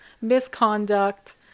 misconduct